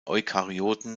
eukaryoten